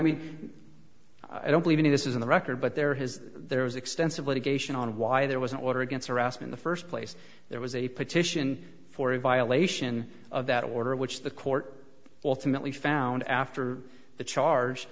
mean i don't believe in this is in the record but there has there was extensive litigation on why there was an order against arrest in the first place there was a petition for a violation of that order which the court ultimately found after the charge